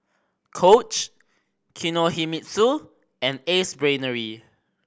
Coach Kinohimitsu and Ace Brainery